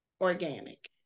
organic